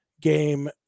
game